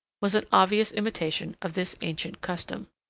was an obvious imitation of this ancient custom.